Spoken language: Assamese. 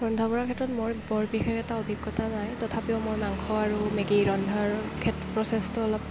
ৰন্ধা বঢ়াৰ ক্ষেত্ৰত মই বৰ বিশেষ এটা অভিজ্ঞতা নাই তথাপি মই মাংস আৰু মেগী ৰন্ধাৰ ক্ষেত প্ৰচেচটো অলপ